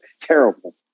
terrible